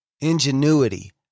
ingenuity